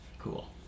Cool